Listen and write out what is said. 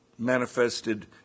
Manifested